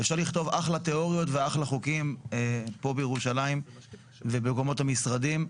אפשר לכתוב אחלה תיאוריות ואחלה חוקים פה בירושלים ובקומות המשרדים.